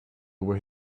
were